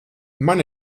man